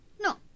No